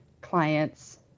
clients